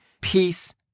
peace